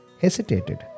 hesitated